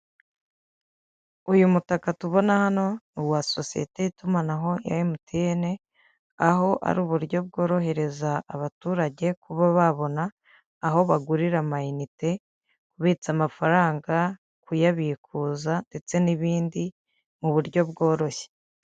Uyu mutaka tubona hano ni uwa sosiyete y'itumanaho ya MTN ,aho ari uburyo bworohereza abaturage kuba babona aho bagurira amainite ,kubitsa amafaranga ,kuyabikuza ndetse n'ibindi mu buryo bworoshye.